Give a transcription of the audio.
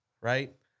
Right